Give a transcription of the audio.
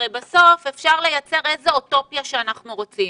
בסוף אפשר לייצר אוטופיה איך שאנחנו רוצים,